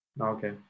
okay